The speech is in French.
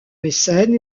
mécène